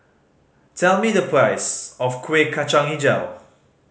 tell me the price of Kuih Kacang Hijau